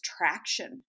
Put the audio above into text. traction